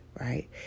right